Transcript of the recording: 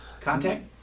Contact